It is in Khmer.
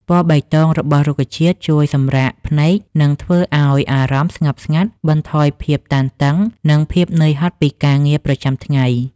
ពណ៌បៃតងរបស់រុក្ខជាតិជួយសម្រាកភ្នែក និងធ្វើឲ្យអារម្មណ៍ស្ងប់ស្ងាត់ បន្ថយភាពតានតឹង និងភាពនឿយហត់ពីការងារប្រចាំថ្ងៃ។